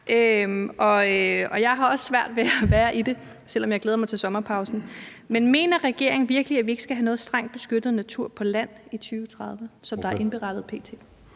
og jeg har også svært ved at være i det, selv om jeg glæder mig til sommerpausen. Men mener regeringen virkelig, at vi ikke skal have noget strengt beskyttet natur på land i 2030, sådan som det er indberettet p.t.?